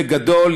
בגדול,